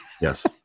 Yes